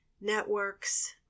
networks